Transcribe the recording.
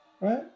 right